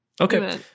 okay